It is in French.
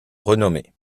renommée